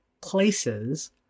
places